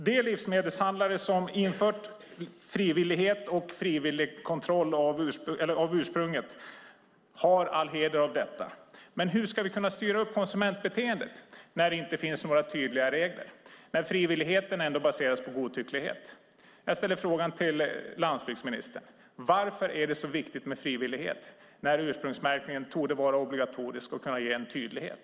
De livsmedelshandlare som infört frivillig kontroll av ursprunget har all heder av detta, men hur ska vi kunna styra upp konsumentbeteendet när det inte finns några tydliga regler och frivilligheten ändå baseras på godtycklighet? Jag ställer frågan till landsbygdsministern: Varför är det så viktigt med frivillighet när ursprungsmärkningen borde vara obligatorisk och kunna ge en tydlighet?